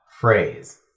phrase